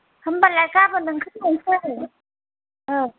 होनब्लाय गाबोन ओंखार लांसै औ